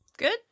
Good